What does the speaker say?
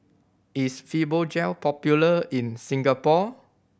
is Fibogel popular in Singapore